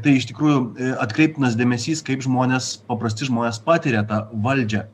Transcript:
tai iš tikrųjų atkreiptinas dėmesys kaip žmonės paprasti žmonės patiria tą valdžią